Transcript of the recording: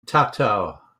tatar